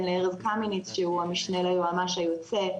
לארז קמיניץ שהוא המשנה ליועמ"ש היוצא,